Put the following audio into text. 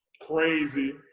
crazy